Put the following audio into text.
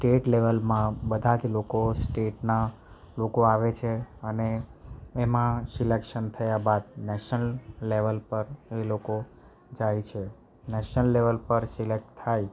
state લેવલમાં બધા જ લોકો સ્ટેટના લોકો આવે છે અને એમાં સિલેક્શન થયા બાદ નેશનલ લેવલ પર એ લોકો જાય છે નેશનલ લેવલ પર સિલેક્ટ થાય